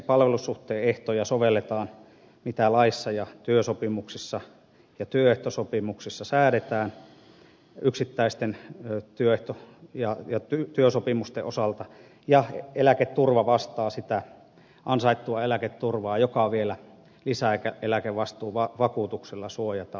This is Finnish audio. palvelussuhteen ehdoissa sovelletaan mitä laeissa työsopimuksissa ja työehtosopimuksissa säädetään yksittäisten työehto ja työsopimusten osalta ja eläketurva vastaa sitä ansaittua eläketurvaa joka vielä lisäeläkevastuuvakuutuksella suojataan